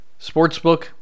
Sportsbook